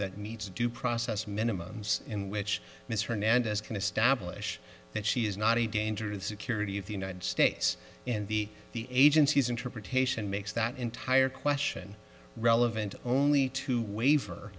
that needs to due process minimums in which miss hernandez can establish that she is not a danger to the security of the united states and the the agency's interpretation makes that entire question relevant only to waiver